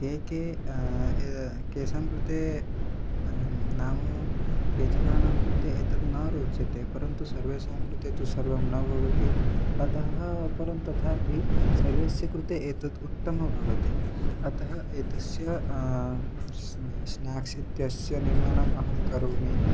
के के यदा केषां कृते नाम केषाञ्चन कृते एतद् न रोचते परन्तु सर्वेषां कृते तु सर्वं न भवति अतः परं तथापि सर्वस्य कृते एतत् उत्तमं भवति अतः एतस्य स्न् स्नाक्स् इत्यस्य निर्माणम् अहं करोमि